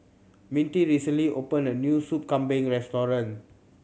Mintie recently opened a new Sup Kambing restaurant